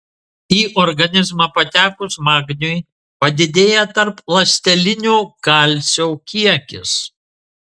į organizmą patekus magniui padidėja tarpląstelinio kalcio kiekis